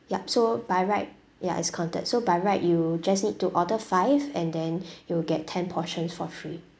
yup so by right ya is counted so by right you just need to order five and then you'll get ten portions for free